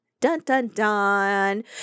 dun-dun-dun